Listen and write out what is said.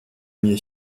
mir